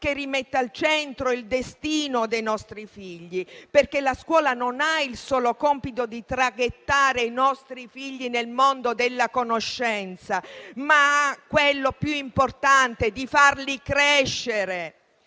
che rimetta al centro il destino dei nostri figli, perché la scuola non ha il solo compito di traghettare i nostri figli nel mondo della conoscenza, ma ha quello più importante di farli crescere.